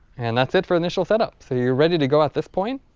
and that's it for initial setup so you're ready to go at this point.